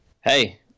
Hey